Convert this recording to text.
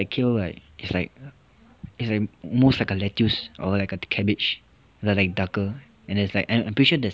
kale like it's like it's like almost like a lettuce or like cabbage but like darker and it's like and I'm pretty sure that